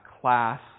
class